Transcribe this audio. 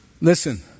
Listen